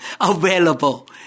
available